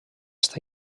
està